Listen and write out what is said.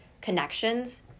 connections